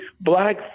black